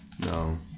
No